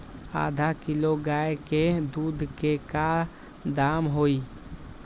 आधा किलो गाय के दूध के का दाम होई?